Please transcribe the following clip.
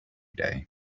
day